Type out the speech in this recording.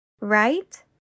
right